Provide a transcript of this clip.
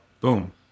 boom